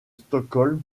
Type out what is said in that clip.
stockholm